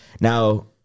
now